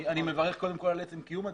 אני מברך קודם כל על עצם קיום הדיון.